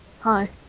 Hi